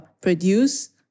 produce